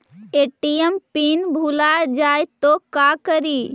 ATM PIN भुला जाए तो का करी?